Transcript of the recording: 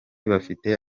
bafite